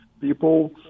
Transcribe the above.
people